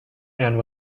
anne